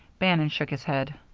bannon shook his head.